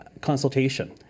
consultation